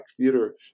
theater